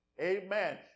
Amen